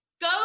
go